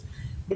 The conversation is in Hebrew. באיגרות,